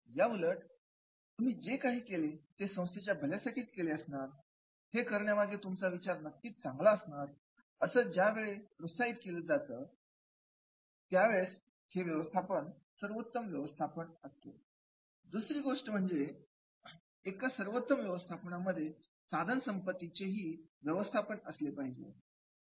याउलट तुम्ही जे काही केले ते संस्थेच्या भल्यासाठीच केले असणार हे करण्यामागच्या तुमचा विचार नक्कीच चांगला असणार असं ज्या वेळेला प्रोत्साहित केलं जाते ते व्यवस्थापन म्हणजे सर्वोत्तम व्यवस्थापन दुसरी महत्त्वाची गोष्ट म्हणजे एका सर्वोत्तम व्यवस्थापनामध्ये साधन संपत्तीचे ही व्यवस्थापन असलं पाहिजे